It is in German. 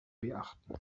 beachten